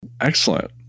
Excellent